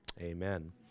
Amen